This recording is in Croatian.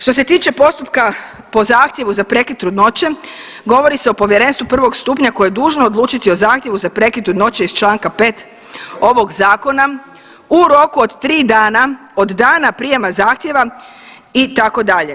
Što se tiče postupka po zahtjevu za prekid trudnoće, govori se o povjerenstvu prvog stupnja koje je dužno odlučiti o zahtjevu za prekid trudnoće iz čl. 5 ovog Zakona u roku od 3 dana od dana prijema zahtjeva, itd.